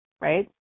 right